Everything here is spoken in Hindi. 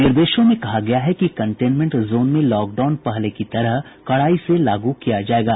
निर्देशों में कहा गया है कि कंटेनमेंट जोन में लॉकडाउन पहले की तरह कड़ाई से लागू किया जाएगा